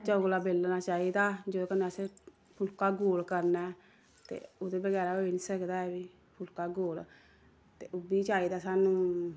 चगला बेलना चाहिदा जेह्दे कन्नै असें फुलका गोल करना ते ओह्दे बगैरा होई निं सकदा ऐ की फुलका गोल ते ओह् बी चाहिदा सानूं